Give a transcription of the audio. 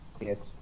yes